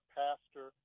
pastor